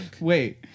Wait